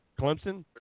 Clemson